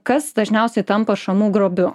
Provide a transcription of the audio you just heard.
kas dažniausiai tampa šamų grobiu